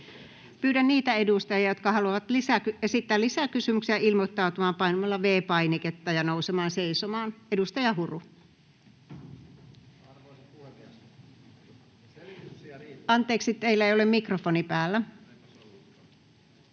Pyydän niitä edustajia, jotka haluavat esittää lisäkysymyksiä, ilmoittautumaan painamalla V-painiketta ja nousemalla seisomaan. — Edustaja Huru. [Speech 7] Speaker: Petri Huru